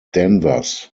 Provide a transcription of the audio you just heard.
danvers